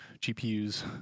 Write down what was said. GPUs